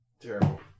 Terrible